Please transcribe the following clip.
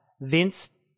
Vince